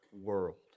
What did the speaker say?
world